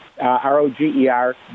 R-O-G-E-R